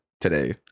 today